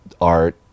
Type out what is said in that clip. art